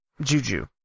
Juju